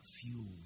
fuels